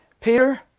Peter